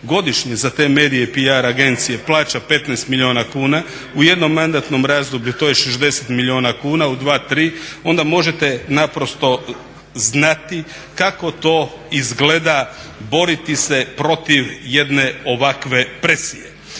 godišnje za te medije, PR agencije plaća 15 milijuna kuna u jednom mandatnom razdoblju to je 60 milijuna kuna, u dva, tri, onda možete naprosto znati kako to izgleda boriti se protiv jedne ovakve presije.